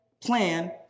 plan